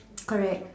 correct